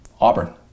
Auburn